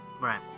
Right